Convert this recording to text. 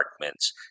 apartments